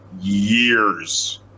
years